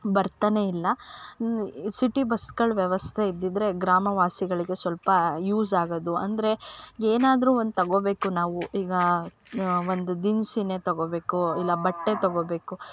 ಬರ್ತಾನೆ ಇಲ್ಲ ಸಿಟಿ ಬಸ್ಗಳ ವ್ಯವಸ್ಥೆ ಇದ್ದಿದ್ರೆ ಗ್ರಾಮ ವಾಸಿಗಳಿಗೆ ಸ್ವಲ್ಪ ಯೂಸ್ ಆಗೊದು ಅಂದರೆ ಏನಾದರು ಒಂದು ತಗೋಬೇಕು ನಾವು ಈಗ ಒಂದು ದಿನ್ಸಿ ತೊಗೋಬೇಕು ಇಲ್ಲ ಬಟ್ಟೆ ತೊಗೋಬೇಕು